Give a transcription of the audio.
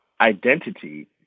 identity